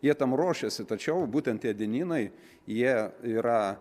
jie tam ruošėsi tačiau būtent tie dienynai jie yra